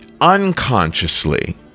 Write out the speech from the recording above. unconsciously